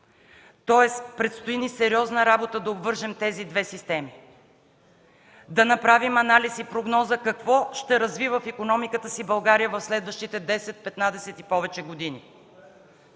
Тоест, предстои ни сериозна работа да обвържем тези две системи, да направим анализ и прогноза какво ще развива в икономиката си България в следващите 10, 15 и повече години.